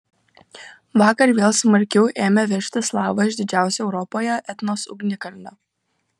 vakar vėl smarkiau ėmė veržtis lava iš didžiausio europoje etnos ugnikalnio